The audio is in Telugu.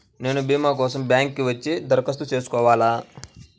నేను భీమా కోసం బ్యాంక్కి వచ్చి దరఖాస్తు చేసుకోవాలా?